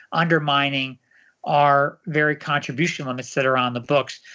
undermining our very contribution limits that are on the books.